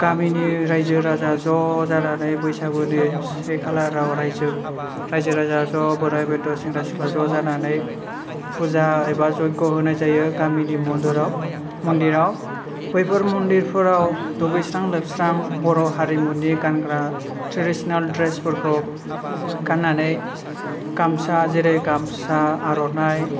गामिनि रायजो राजा ज' जानानै बैसागुनि से खालाराव रायजो राजा ज' बोराइ बेन्थ' सेंग्रा सिख्ला ज' जानानै फुजा एबा जयग' होनाय जायो गामिनि मन्दिराव बैफोर मन्दिरफोराव दुगैस्रां लोबस्रां बर' हारिमुनि गानग्रा ट्रेडिशोनेल ड्रेसफोरखौ गाननानै गामसा जेरै गामसा आर'नाइ